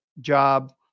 job